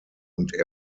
und